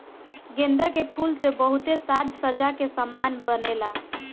गेंदा के फूल से बहुते साज सज्जा के समान बनेला